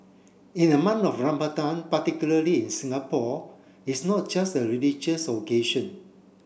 in the month of Ramadan particularly in Singapore it's not just a religious occasion